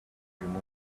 bedroom